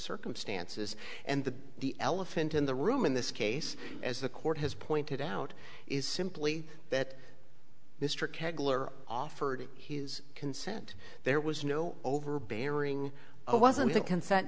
circumstances and the the elephant in the room in this case as the court has pointed out is simply that mr kessler offered his consent there was no overbearing oh wasn't think consent